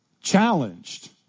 challenged